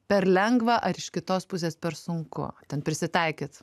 per lengva ar iš kitos pusės per sunku ten prisitaikyt